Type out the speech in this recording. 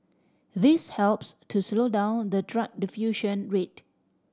this helps to slow down the drug diffusion rate